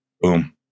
Boom